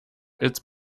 it’s